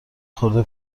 خورده